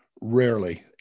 Rarely